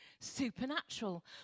Supernatural